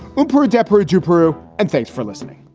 hooper adepero jr, peru. and thanks for listening